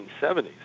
1970s